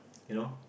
you know